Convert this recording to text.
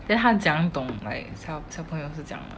then 她怎样懂 like 小小朋友是这样的